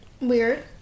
Weird